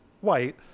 white